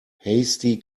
hasty